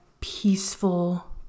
peaceful